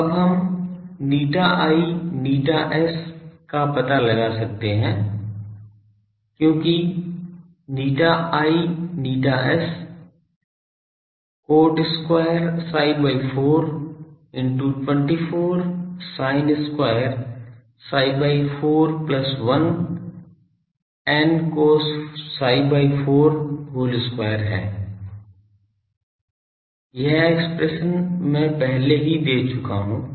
तो अब हम ηi ηs का पता लगा सकते हैं क्योंकि ηi ηs cot square ψ by 4 into 24 sin square ψ by 4 plus l n cos ψ by 4 whole square है यह एक्सप्रेशन मैं पहले ही दे चुका हूं